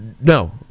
No